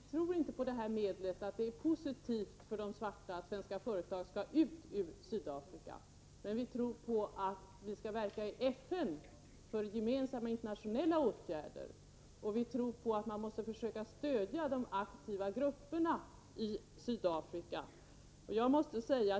Herr talman! Vi tror inte på detta medel, att det är positivt för de svarta att svenska företag skall ut ur Sydafrika. Men vi tror på att vi i FN skall verka för gemensamma internationella åtgärder. Vi tror på att man måste försöka stödja de aktiva grupperna i Sydafrika.